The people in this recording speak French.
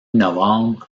novembre